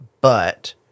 But-